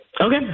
Okay